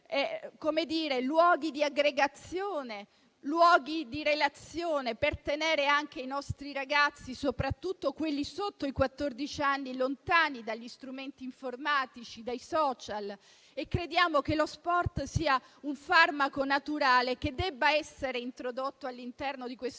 costruire luoghi di aggregazione e relazione per tenere i nostri ragazzi, soprattutto quelli sotto i quattordici anni, lontani dagli strumenti informatici e dai *social*. Crediamo che lo *sport* sia un farmaco naturale che debba essere introdotto all'interno di questo